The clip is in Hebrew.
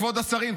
כבוד השרים,